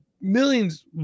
millions